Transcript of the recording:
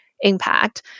impact